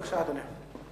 בבקשה, אדוני.